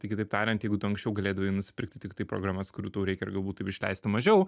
tai kitaip tariant jeigu tu anksčiau galėdavai nusipirkti tiktai programas kurių tau reikia ir galbūt taip išleisti mažiau